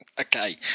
Okay